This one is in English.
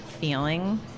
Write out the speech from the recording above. feeling